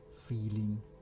feeling